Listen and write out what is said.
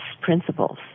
principles